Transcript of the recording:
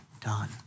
done